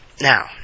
now